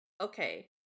okay